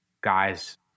guys